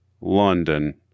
London